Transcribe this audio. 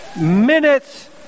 Minutes